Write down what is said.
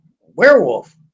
werewolf